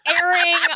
airing